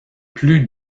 plus